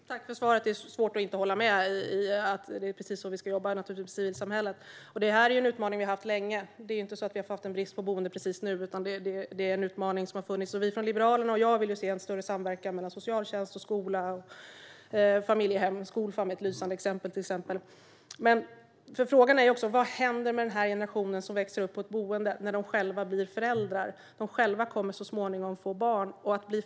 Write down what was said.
Herr talman! Tack för svaret! Det är svårt att inte hålla med om att det är precis så vi ska jobba i civilsamhället. Den här utmaningen har funnits länge. Det är inte så att det har blivit en brist på boenden precis nu, utan utmaningen har funnits länge. Vi från Liberalerna och jag vill se en större samverkan mellan socialtjänst, skola och familjehem. Skolfam är ett lysande exempel. Vad händer med denna generation som växer upp på boenden när de själva blir föräldrar, när de själva så småningom får barn?